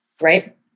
Right